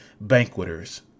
banqueters